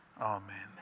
Amen